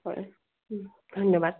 হয় ধন্যবাদ